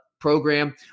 program